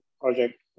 project